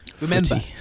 Remember